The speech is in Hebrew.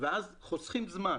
אז חוסכים זמן.